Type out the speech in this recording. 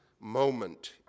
moment